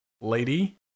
lady